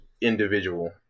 individual